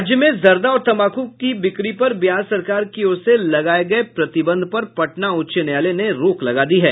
राज्य में जर्दा और तंबाकू की बिक्री पर बिहार सरकार की ओर से लगाये प्रतिबंध पर पटना उच्च न्यायालय ने रोक लगा दी है